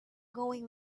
going